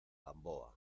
gamboa